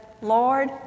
Lord